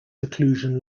seclusion